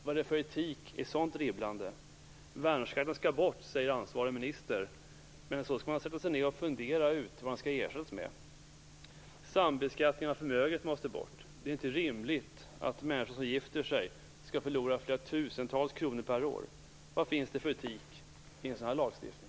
Vad är det för etik i ett sådant dribblande? Värnskatten skall bort, säger ansvarig minister. Men sedan skall man sätta sig och fundera på vad den skall ersättas med. Sambeskattning av förmögenhet måste bort. Det är inte rimligt att människor som gifter sig skall förlora flera tusentals kronor per år. Vad finns det för etik i en sådan lagstiftning?